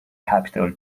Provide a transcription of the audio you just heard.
capital